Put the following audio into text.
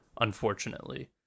unfortunately